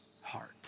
heart